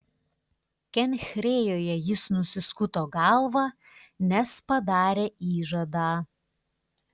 kenchrėjoje jis nusiskuto galvą nes padarė įžadą